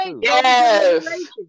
Yes